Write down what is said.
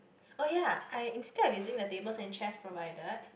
oh ya I instead of using the table and chair provided